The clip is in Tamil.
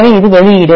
எனவே இது வெளியீடு